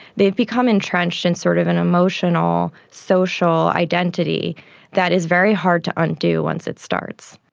they become entrenched in sort of an emotional social identity that is very hard to undo once it starts.